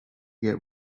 get